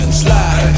slide